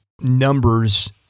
numbers